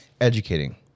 educating